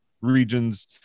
regions